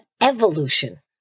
evolution